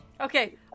Okay